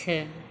छह